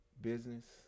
business